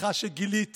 סליחה שגיליתי.